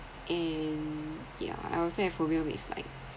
and ya I also have phobia with like